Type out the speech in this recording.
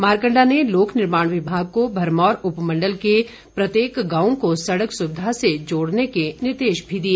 मारकण्डा ने लोक निर्माण विभाग को भरमौर उपमण्डल के प्रत्येक गांव को सड़क सुविधा से जोड़ने के निर्देश भी दिए